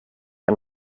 and